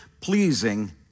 pleasing